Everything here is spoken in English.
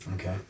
Okay